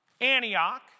Antioch